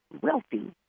wealthy